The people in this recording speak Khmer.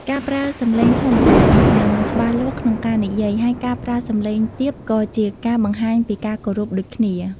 ការប្រើសំឡេងធម្មតា និង ច្បាស់លាស់ក្នុងការនិយាយ ហើយការប្រើសំឡេងទាបក៏ជាការបង្ហាញពីការគោរពដូចគ្នា។